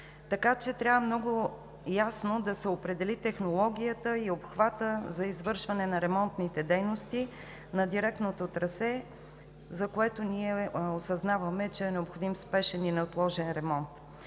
трябва много ясно да се определят технологията и обхватът за извършване на ремонтните дейности на директното трасе, за което ние съзнаваме, че е необходим спешен и неотложен ремонт.